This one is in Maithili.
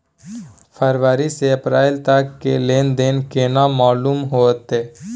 फरवरी से अप्रैल तक के लेन देन केना मालूम होते?